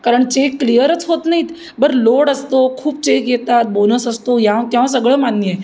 कारण चेक क्लिअरच होत नाहीत बरं लोड असतो खूप चेक येतात बोनस असतो यांव त्यांव सगळं मान्य आहे